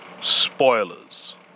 spoilers